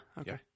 Okay